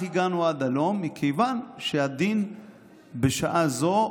כך הגענו עד הלום, מכיוון שהדין בשעה זו,